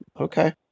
Okay